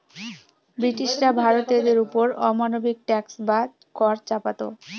ব্রিটিশরা ভারতীয়দের ওপর অমানবিক ট্যাক্স বা কর চাপাতো